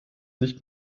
nicht